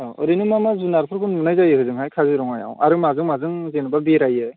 औ ओरैनो मा मा जुनारफोरखौ नुनाय जायो ओजोंहाय काजिरङायाव आरो माजों माजों जेनेबा बेरायो